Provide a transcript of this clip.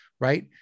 right